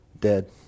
dead